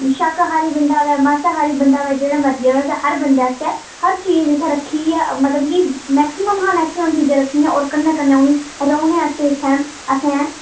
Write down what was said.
मासाहारी बंदा आवैौ शाकाहारी बंदा आवै जेह्का बंदा आवै हर बंदे आस्तै हर चीज़ उत्थें रक्खी दी ऐ मतलब की मेक्सीमम कशा मेक्सीमम चीज़ां रक्खी दियां होर उनेंगी रौह्ने आस्तै उनेंगी असें इत्थें